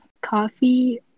coffee